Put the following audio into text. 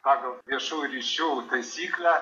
pagal viešųjų ryšių taisyklę